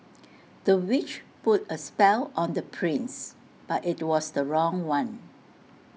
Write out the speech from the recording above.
the witch put A spell on the prince but IT was the wrong one